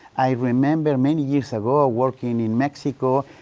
i remember, many years ago, ah working in mexico, ah,